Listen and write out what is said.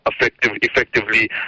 effectively